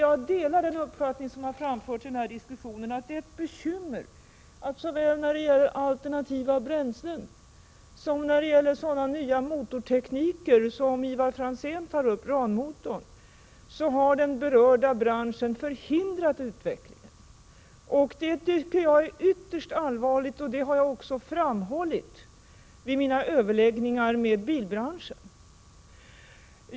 Jag delar den uppfattning som har framförts i den här diskussionen att det är ett bekymmer att den berörda branschen, såväl när det gäller alternativa bränslen som när det gäller sådana nya motortekniker som Ivar Franzén tar upp, RAN-motorn, har förhindrat utvecklingen. Det tycker jag är ytterst allvarligt, vilket jag också har framhållit vid mina överläggningar med bilbranschen.